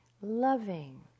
loving